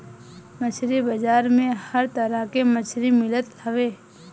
मछरी बाजार में हर तरह के मछरी मिलत हवे